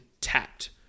tapped